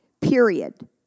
Period